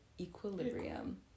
equilibrium